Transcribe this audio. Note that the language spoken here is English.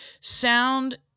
sound